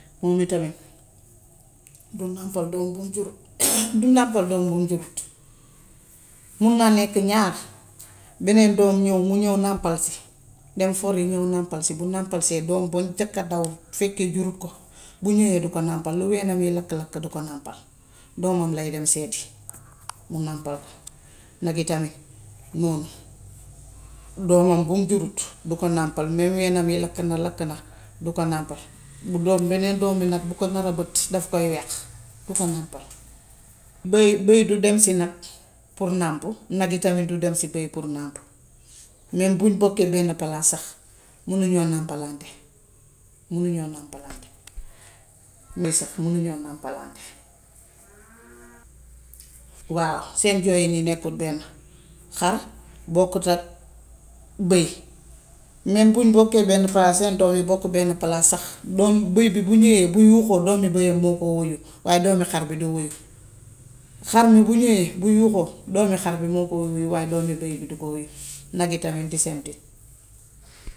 Moom itamit du nàmpal doom bum jurut du nàmpal doom bum jurut. Mun na nekk ñaar, beneen doom ñow, mu ñów nàmpal si, dem fori ñów nàmpal si. Bu nàmpalsee doom ba njëkk a daw, fekkee jurut ko, bu ñówee du ko nàmpal. Lu weenam yi lakk lakk du ko nàmpal. Doomam lay dem seeti mu nàmpal ko. Nag itamit noonu, doomom bum jurut du ko nàmpal, mem weenam yi lakk na lakk na du ko nàmpal. Bu doom, beneen doomom bi nag bu ko nar a bëtt daf koy wéq du ko nàmpal. Béy béy du dem si nag pour nàmpu, bëy tamit du dem si nag pour nàmpu mem buñ bokkee benn palaas sax munuñoo nàmpalante munuñoo nàmpalante. Muy sax munuñoo nàmpalante. Waaw seen jooyin yi nekkul benn. Xar bokkutak béy mem buñ bokkee benn palaas seen doom yi bokk benn palaas bam béy bi bu ñówee, bu yuuxoo doomu béyam moo koo wuyu waaye doomu xar bi du wuyu. Xar mi bu ñowee, bu yuuxoo doomi xar bi moo koo wuyu waaye doomu béy bi du ko wuyu, nag itamit disaanti.